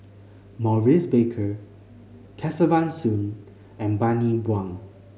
Maurice Baker Kesavan Soon and Bani Buang